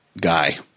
guy